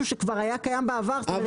שכבר היה קיים בעבר אפשרו בעבר לאכלס את זה.